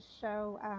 show